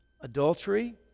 adultery